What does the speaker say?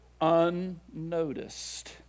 unnoticed